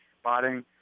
spotting